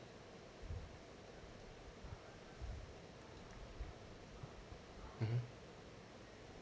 mmhmm